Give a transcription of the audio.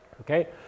Okay